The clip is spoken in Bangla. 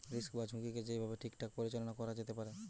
রিস্ক বা ঝুঁকিকে যেই ভাবে ঠিকঠাক পরিচালনা করা যেতে পারে